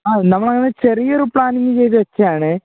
ആ നമ്മളങ്ങനെ ചെറിയൊരു പ്ലാനിംഗ് ചെയ്തുവെച്ചതാണ്